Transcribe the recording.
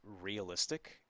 realistic